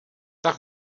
tak